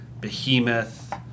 behemoth